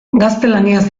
gaztelaniaz